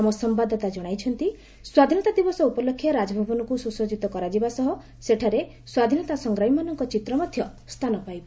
ଆମ ସମ୍ଭାଦଦାତା ଜଣାଇଛନ୍ତି ସ୍ୱାଧୀନତା ଦିବସ ଉପଲକ୍ଷେ ରାଜଭବନକୁ ସୁସଜିତ କରାଯିବା ସହ ସେଠାରେ ସ୍ୱାଧୀନତା ସଂଗ୍ରାମୀମାନଙ୍କ ଚିତ୍ର ମଧ୍ୟ ସ୍ଥାନ ପାଇବ